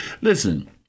Listen